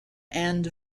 and